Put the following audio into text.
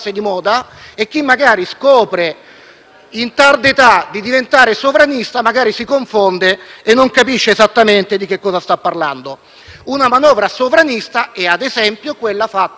in tarda età di diventare sovranista, magari si confonde e non capisce esattamente di che cosa sta parlando. Una manovra sovranista è, ad esempio, quella fatta da Trump negli Stati Uniti: